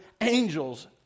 angels